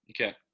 Okay